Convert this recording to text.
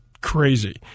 crazy